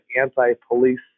anti-police